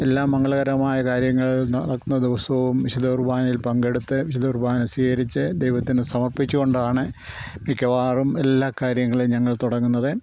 എല്ലാ മംഗളകരമായ കാര്യങ്ങൾ നടന്ന ദിവസവും വിശുദ്ധ കുർബാനയിൽ പങ്കെടുത്ത് വിശുദ്ധ കുർബാന സ്വീകരിച്ച് ദൈവത്തിന് സമർപ്പിച്ചുകൊണ്ടാണ് മിക്കവാറും എല്ലാ കാര്യങ്ങളും ഞങ്ങൾ തുടങ്ങുന്നത്